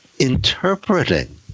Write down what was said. interpreting